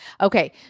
Okay